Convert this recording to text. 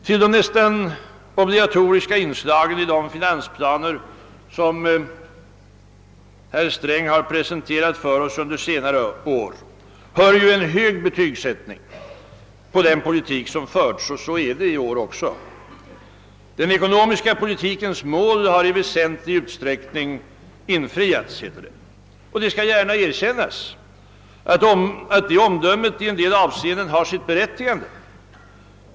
Till de nästan obligatoriska inslagen i de finansplaner som herr Sträng har presenterat för oss under senare år hör ju en hög betygssättning på den politik som har förts. Så är det också i år. Den ekonomiska politikens mål har i väsentlig utsträckning infriats, heter det. Det skall gärna erkännas att det omdömet i en del avseenden har sitt berättigande.